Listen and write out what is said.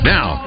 Now